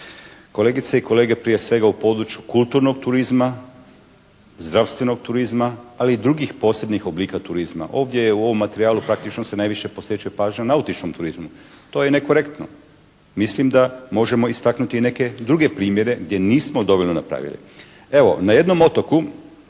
Kolegice i kolege, prije svega u području kulturnog turizma, zdravstvenog turizma, ali i drugih posebnih oblika turizma. Ovdje je u ovom materijalu praktično se najviše posvećuje pažnja nautičnom turizmu. To je nekorektno. Mislim da možemo istaknut neke druge primjere gdje nismo dovoljno napravili. Evo na jednom otoku